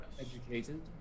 educated